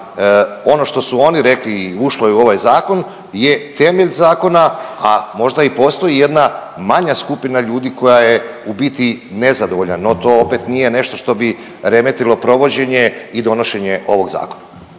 ono što su oni rekli i ušlo je u ovaj zakon je temelj zakona, a možda i postoji jedna manja skupina ljudi koja je u biti nezadovoljna, no to opet nije nešto što bi remetilo provođenje i donošenje ovog zakona.